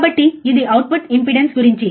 కాబట్టి ఇది output impedance గురించి